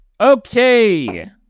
Okay